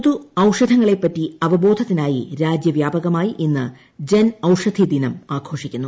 പൊതു ഔഷധങ്ങളെപ്പറ്റി അവബോധത്തിനായി രാജ്യ വ്യാപകമായി ഇന്ന് ജൻ ഔഷധി ദിനം ആഘോഷിക്കുന്നു